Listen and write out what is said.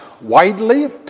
widely